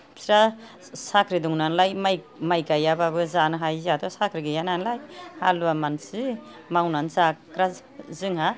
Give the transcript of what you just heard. बिस्रा साख्रि दं नालाय माइ गायाबाबो जानो हायो जोंहाथ' साख्रि गैया नालाय हालुवा मानसि मावनानै जाग्रा जोंहा